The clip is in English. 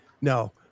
no